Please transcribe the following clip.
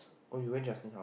oh you went Justin house